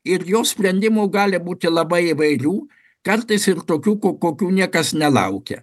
ir jo sprendimų gali būti labai įvairių kartais ir tokių kokių niekas nelaukia